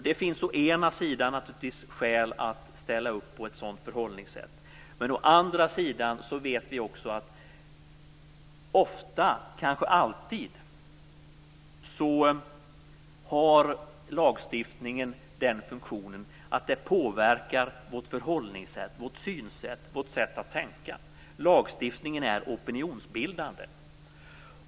Det finns å ena sidan naturligtvis skäl att ställa upp på ett sådant förhållningssätt, men å andra sidan vet vi också att lagstiftningen ofta - kanske alltid - har den funktionen att den påverkar vårt förhållningssätt, vårt synsätt och vårt sätt att tänka. Lagstiftningen är opinionsbildande.